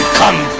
come